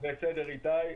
בסדר, איתי.